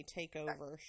takeover